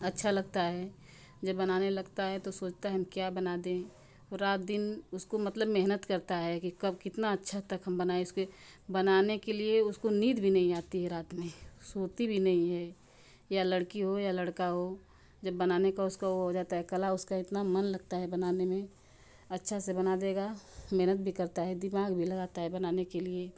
अच्छा लगता है जब बनाने लगता है तो सोचता है हम क्या बना दें वो रात दिन उसको मतलब मेहनत करता है कि कब कितना अच्छा तक हम बनाएँ इसके बनाने के लिए उसको नींद भी नहीं आती है रात में सोती भी नहीं है या लड़की हो या लड़का हो जब बनाने का उसका वो हो जाता है कला उसका इतना मन लगता है बनाने में अच्छा से बना देगा मेहनत भी करता है दिमाग भी लगाता है बनाने के लिए